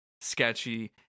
sketchy